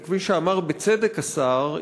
וכפי שאמר בצדק השר,